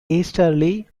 easterly